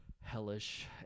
hellish